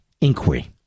inquiry